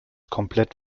komplett